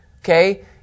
okay